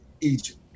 Egypt